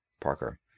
Parker